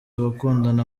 abakundana